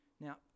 Now